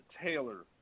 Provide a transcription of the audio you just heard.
Taylor